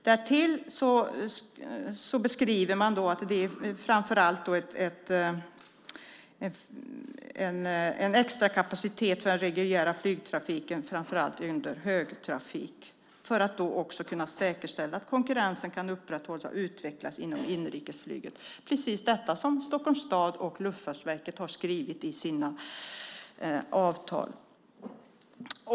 Därtill beskriver man att det framför allt är en extra kapacitet för den reguljära flygtrafiken framför allt under högtrafik för att då också kunna säkerställa att konkurrensen kan upprätthållas och utvecklas inom inrikesflyget. Det är precis detta som Stockholms stad och Luftfartsverket har skrivit i sina avtal.